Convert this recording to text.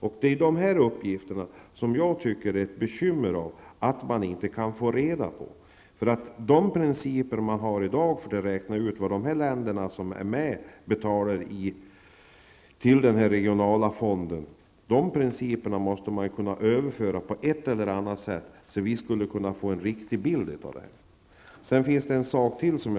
Jag tycker att det är ett bekymmer att man inte kan få reda på de här siffrorna. De principer man har i dag för att räkna ut vad de länder som är med i EG betalar till den regionala fonden måste man ju på ett eller annat sätt kunna tillämpa på Sverige för att se vilka siffror som skulle bli aktuella och för att vi därmed skulle kunna få en riktig bild av detta.